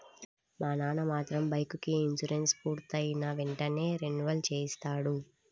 మా నాన్న మాత్రం బైకుకి ఇన్సూరెన్సు పూర్తయిన వెంటనే రెన్యువల్ చేయిస్తాడు